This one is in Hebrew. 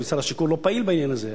ושר השיכון לא פעיל בעניין הזה.